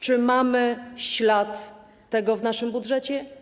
Czy mamy ślad tego w naszym budżecie?